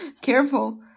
Careful